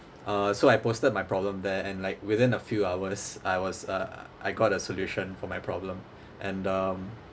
uh so I posted my problem there and like within a few hours I was uh I got a solution for my problem and um